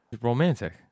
Romantic